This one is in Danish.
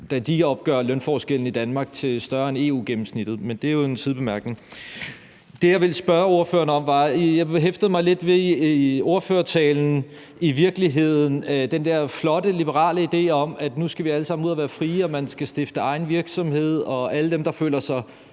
da de opgør lønforskellene i Danmark til større end EU-gennemsnittet. Men det er jo en sidebemærkning. Jeg hæftede mig i ordførertalen i virkeligheden lidt ved den der flotte liberale idé om, at nu skal vi alle sammen ud at være frie, og at man skal stifte egen virksomhed, og at alle dem, der føler